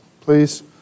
please